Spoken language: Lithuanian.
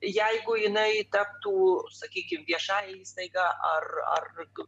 jeigu jinai taptų sakykim viešąja įstaiga ar ar